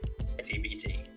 CBT